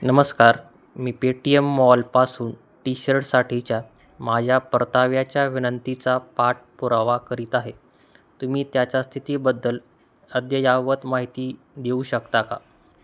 नमस्कार मी पेटीएम मॉलपासून टीशर्टसाठीच्या माझ्या परताव्याच्या विनंतीचा पाठपुरावा करीत आहे तुम्ही त्याच्या स्थितीबद्दल अद्ययावत माहिती देऊ शकता का